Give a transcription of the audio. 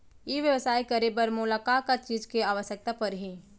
ई व्यवसाय करे बर मोला का का चीज के आवश्यकता परही?